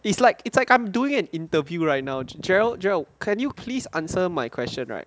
it's like it's like I'm doing an interview right now jarrell jarrell can you please answer my question right